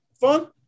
fun